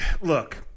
look